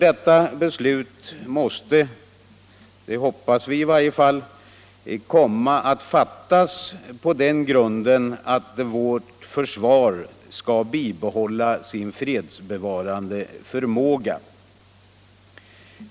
Detta beslut måste Torsdagen den ju — det hoppas vi i varje fall — komma att fattas med den utgångspunkten 15 maj 1975 att vårt försvar skall bibehålla sin fredsbevarande förmåga.